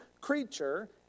creature